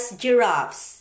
giraffes